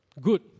Good